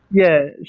yeah.